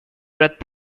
wreath